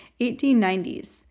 1890s